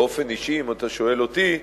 באופן אישי, אם אתה שואל אותי,